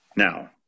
Now